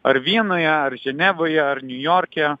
ar vienoje ar ženevoje ar niujorke